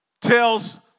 Tells